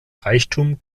reichtum